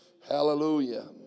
Hallelujah